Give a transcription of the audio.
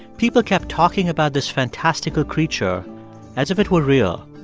people kept talking about this fantastical creature as if it were real.